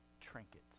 trinkets